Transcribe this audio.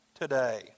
today